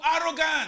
arrogant